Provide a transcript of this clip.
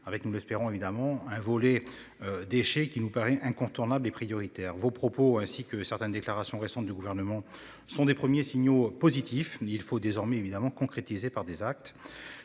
avec, nous l'espérons évidemment un volet. Déchets qui nous paraît incontournable et prioritaire vos propos ainsi que certaines déclarations récentes du gouvernement, ce sont des premiers signaux positifs, il faut désormais évidemment concrétisée par des actes